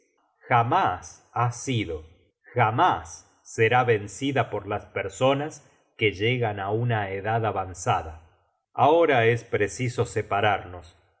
jamás ha sido jamás será vencida por las personas que llegan á una edad avanzada ahora es preciso separarnos